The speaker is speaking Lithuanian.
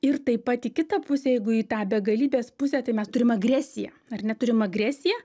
ir taip pat į kitą pusę jeigu į tą begalybės pusę tai mes turim agresiją ar ne turim agresiją